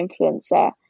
influencer